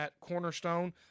Cornerstone